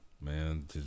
Man